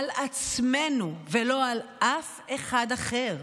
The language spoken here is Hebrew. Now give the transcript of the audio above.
על עצמנו ולא על אף אחד אחר,